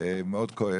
מאוד כועס,